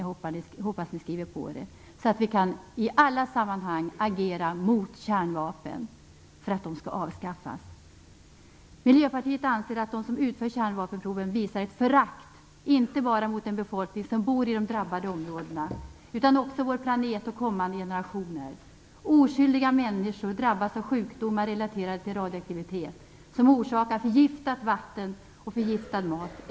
Jag hoppas att ni skriver på, så att vi i alla sammanhang kan agera för att kärnvapen skall avskaffas. Miljöpartiet anser att de som utför kärnvapenproven visar ett förakt inte bara mot den befolkning som bor i de drabbade områdena, utan också mot vår planet och mot kommande generationer. Oskyldiga människor drabbas av sjukdomar relaterade till radioaktivitet. Den orsakar förgiftat vatten och förgiftad mat.